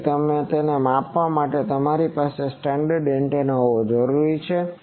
તેથી આને માપવા માટે તમારી પાસે સ્ટાન્ડરડ એન્ટેના હોવું જરૂરી છે